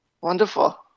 Wonderful